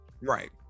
Right